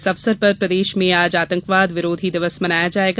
इस अवसर पर प्रदेश में आज आतंकवाद विरोधी दिवस मनाया जायेगा